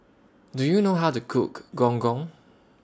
Do YOU know How to Cook Gong Gong